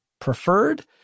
preferred